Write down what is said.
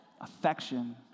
Affection